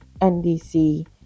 NDC